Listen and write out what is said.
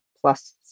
plus